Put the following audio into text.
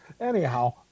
anyhow